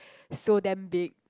so damn big